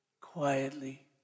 quietly